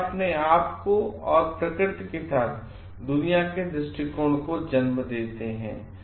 और यह अपने आप को और प्रकृति के साथ दुनिया के दृष्टिकोण को जन्म देता है